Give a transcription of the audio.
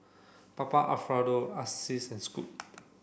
Papa Alfredo Asics and Scoot